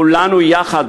כולנו יחד,